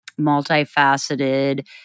multifaceted